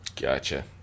gotcha